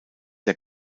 der